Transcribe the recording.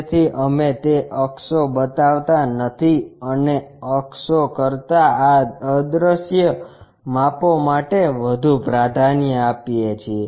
તેથી અમે તે અક્ષો બતાવતા નથી અને અક્ષો કરતા આ અદ્રશ્ય માપો માટે વધુ પ્રાધાન્ય આપીએ છીએ